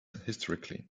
historically